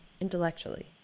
intellectually